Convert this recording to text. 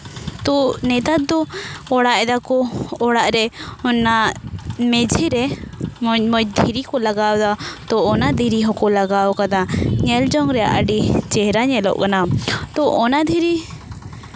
ᱛᱚ ᱱᱮᱛᱟᱨ ᱫᱚ ᱚᱲᱟᱜ ᱫᱟᱠᱚ ᱚᱲᱟᱜ ᱨᱮ ᱚᱱᱟ ᱢᱮᱡᱷᱮᱨᱮ ᱢᱚᱡᱽ ᱢᱚᱡᱽ ᱫᱷᱤᱨᱤ ᱠᱚ ᱞᱟᱜᱟᱣ ᱫᱟ ᱛᱚ ᱚᱱᱟ ᱫᱷᱤᱨᱤ ᱦᱚᱸᱠᱚ ᱞᱟᱜᱟᱣ ᱠᱟᱫᱟ ᱧᱮᱞ ᱡᱚᱝᱨᱮ ᱟᱹᱰᱤ ᱪᱮᱦᱨᱟ ᱧᱮᱞᱚᱜ ᱠᱟᱱᱟ ᱛᱚ ᱚᱱᱟ ᱫᱷᱤᱨᱤ